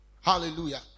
hallelujah